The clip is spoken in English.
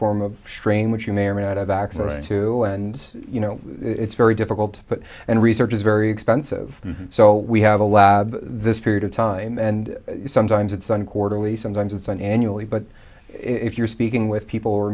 to and you know it's very difficult but and research is very expensive so we have a lab this period of time and sometimes it's done quarterly sometimes it's an annually but if you're speaking with people